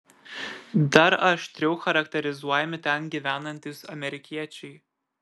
dar aštriau charakterizuojami ten gyvenantys amerikiečiai